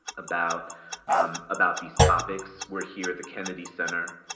about um about these topics, we're here at the kennedy center,